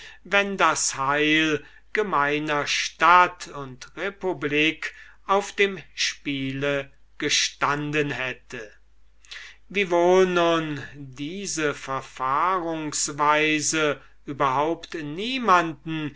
wenn das heil gemeiner stadt und republik auf dem spiele gestanden hätte wiewohl nun diese verfahrungsweise überhaupt niemanden